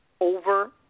over